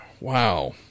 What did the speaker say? Wow